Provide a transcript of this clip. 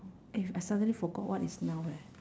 eh I suddenly forgot what is noun eh